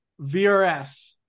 VRS